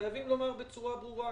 חייבים לומר בצורה ברורה,